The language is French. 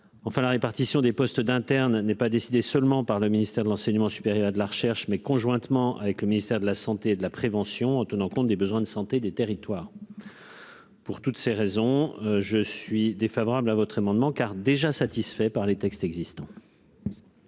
enfin, la répartition des postes d'internes n'est pas décidé seulement par le ministère de l'enseignement supérieur de la recherche mais conjointement avec le ministère de la Santé et de la prévention en tenant compte des besoins de santé des territoires. Pour toutes ces raisons je suis défavorable à votre amendement car déjà satisfait par les textes existent.